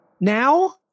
Now